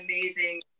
amazing